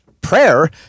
prayer